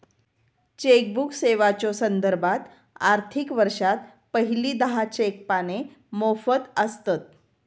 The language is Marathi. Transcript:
चेकबुक सेवेच्यो संदर्भात, आर्थिक वर्षात पहिली दहा चेक पाने मोफत आसतत